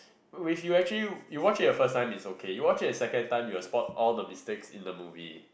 if you actually you you watch it the first time is okay you watch it a second time you will spot all the mistakes in the movie